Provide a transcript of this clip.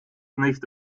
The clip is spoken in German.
nicht